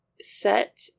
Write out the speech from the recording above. set